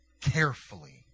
carefully